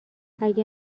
اگه